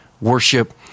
Worship